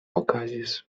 okazis